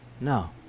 no